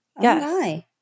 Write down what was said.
yes